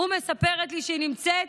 ומספרת לי שהיא נמצאת